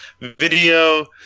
video